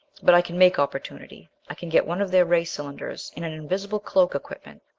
but i can make opportunity! i can get one of their ray cylinders, and an invisible cloak equipment.